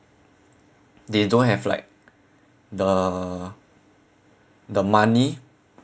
they don't have like the the money